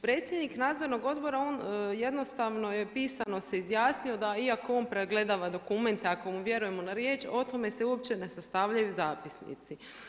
Predsjednik Nadzornog odbora, on jednostavno pisano se izjasnio da iako on pregledava dokumente, ako mu vjerujemo na riječ o tome se uopće ne sastavljaju zapisnici.